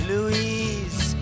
Louise